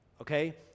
Okay